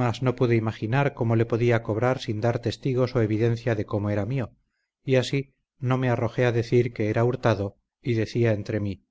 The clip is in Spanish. mas no pude imaginar cómo le podía cobrar sin dar testigos o evidencia de cómo era mío y así no me arrojé a decir que era hurtado y decía entre mi